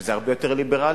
שזה הרבה יותר ליברלי,